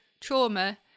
Trauma